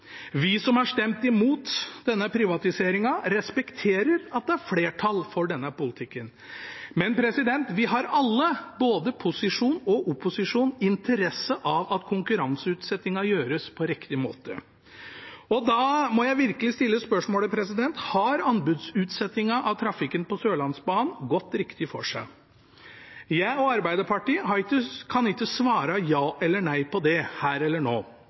Vi som har stemt imot denne privatiseringen, respekterer at det er flertall for denne politikken, men vi har alle, både posisjon og opposisjon, interesse av at konkurranseutsettingen gjøres på riktig måte. Da må jeg virkelig stille spørsmålet: Har anbudsutsettingen av trafikken på Sørlandsbanen gått riktig for seg? Jeg og Arbeiderpartiet kan ikke svare ja eller nei på det her og nå